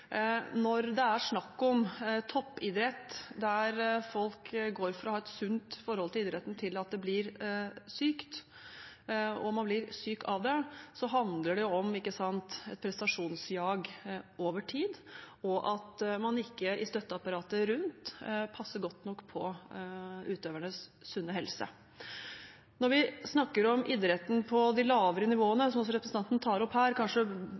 Når det er snakk om toppidrett, der folk går fra å ha et sunt forhold til idretten til at det blir sykt, og man blir syk av det, handler det om et prestasjonsjag over tid og at man ikke i støtteapparatet rundt passer godt nok på utøvernes sunne helse. Når vi snakker om idrett på de lavere nivåene, som representanten tar opp her, kanskje